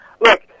Look